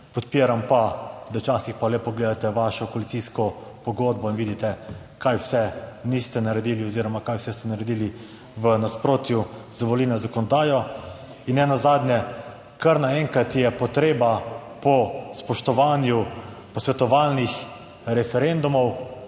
Podpiram pa, da včasih pa le pogledate vašo koalicijsko pogodbo in vidite, kaj vse niste naredili oziroma kaj vse ste naredili v nasprotju z volilno zakonodajo. In nenazadnje kar naenkrat je potreba po spoštovanju posvetovalnih referendumov